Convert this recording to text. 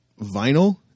vinyl